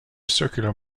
circular